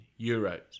euros